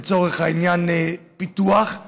לצורך העניין פיתוח,